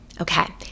Okay